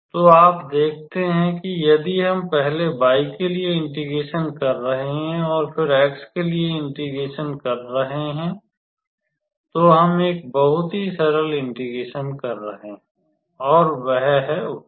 तो आप देखते हैं कि यदि हम पहले y के लिए इंटिग्रेशन कर रहे हैं और फिर x के लिए इंटिग्रेशन कर रहे हैं तो हम एक बहुत ही सरल इंटिग्रेशन कर रहे हैं और वह है उत्तर